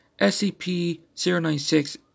SCP-096